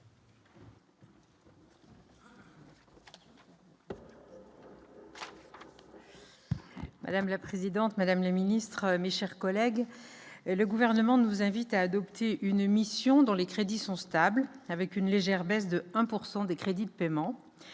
Madame la présidente, Madame la Ministre, mes chers collègues, le gouvernement nous invite à adopter une mission dont les crédits sont stables, avec une légère baisse de 1 pourcent des crédits de paiement,